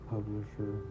publisher